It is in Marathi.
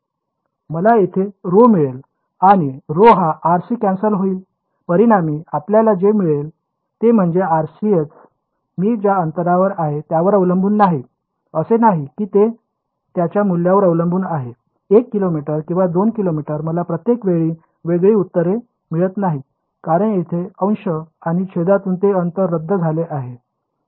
मला येथे ρ मिळेल आणि ρ हा r शी कॅन्सल होईल परिणामी आपल्याला जे मिळेल ते म्हणजे RCS मी ज्या अंतरावर आहे त्यावर अवलंबून नाही असे नाही की ते त्याच्या मूल्यावर अवलंबून आहे 1 किलोमीटर किंवा 2 किलोमीटर मला प्रत्येक वेळी वेगळी उत्तरे मिळत नाहीत कारण येथे अंश आणि छेदातून ते अंतर रद्द झाले आहे